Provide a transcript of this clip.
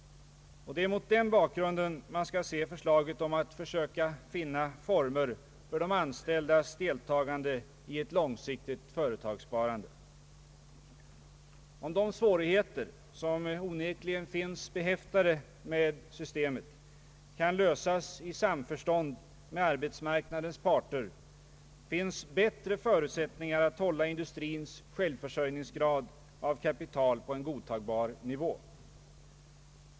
Det är mot den bakgrunden man skall se förslaget om att söka finna former för de anställdas deltagande i ett långsiktigt företagssparande. Om de svårigheter, som onekligen häftar vid systemet, kan lösas i samförstånd med <arbetsmarknadens parter, finns bättre förutsättningar att hålla industrins självförsörjningsgrad av kapital på en godtagbar nivå.